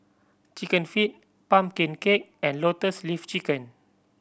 Chicken Feet pumpkin cake and Lotus Leaf Chicken